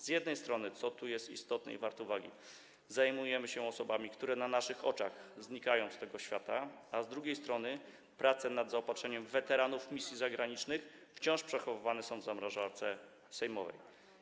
Z jednej strony - co tu jest istotne i warte uwagi - zajmujemy się osobami, które na naszych oczach odchodzą z tego świata, a z drugiej strony, jeśli chodzi o prace nad zaopatrzeniem weteranów misji zagranicznych, wciąż przechowywane to jest w zamrażarce sejmowej.